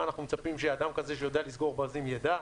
מה אנחנו מצפים שאדם כזה שיודע לסגור ברזים יידע?